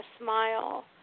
smile